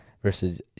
Versus